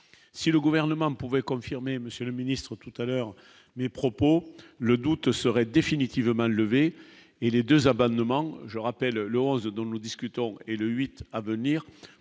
si le gouvernement pouvait confirmer, monsieur le ministre tout à l'heure mais propos le doute seraient définitivement levées et les 2 à Bâle ne manque, je rappelle le dont nous discutons et le 8 à venir